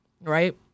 right